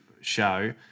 show